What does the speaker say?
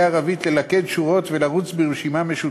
הערבית ללכד שורות ולרוץ ברשימה משותפת.